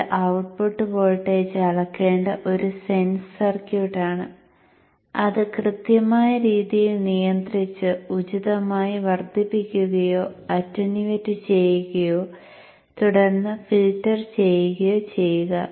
അത് output voltage അളക്കേണ്ട ഒരു സെൻസ് സർക്യൂട്ട് ആണ് അത് കൃത്യമായ രീതിയിൽ നിയന്ത്രിച്ച് ഉചിതമായി വർദ്ധിപ്പിക്കുകയോ അറ്റൻയൂട്ട് ചെയ്യുകയോ തുടർന്ന് ഫിൽട്ടർ ചെയ്യുകയോ ചെയ്യുക